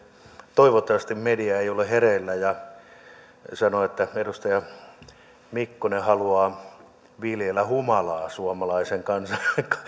toivottavasti media ei ole hereillä ja sano että edustaja mikkonen haluaa viljellä humalaa suomalaisen kansan